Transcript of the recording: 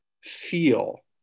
feel